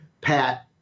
Pat